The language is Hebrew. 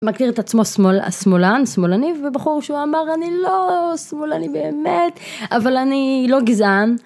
מכיר את עצמו שמאלן שמאלני ובחור שהוא אמר אני לא שמאלני באמת אבל אני לא גזען.